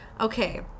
Okay